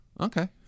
okay